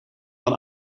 van